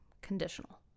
conditional